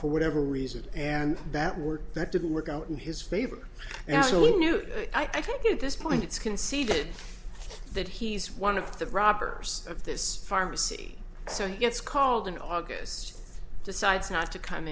for whatever reason and that work that didn't work out in his favor and also in you i think at this point it's conceded that he's one of the robbers of this pharmacy so he gets called in august decides not to come